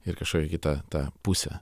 ir kažkokią kitą tą pusę